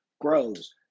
grows